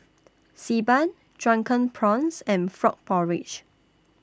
Xi Ban Drunken Prawns and Frog Porridge